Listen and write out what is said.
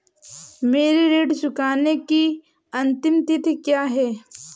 मेरे ऋण को चुकाने की अंतिम तिथि क्या है?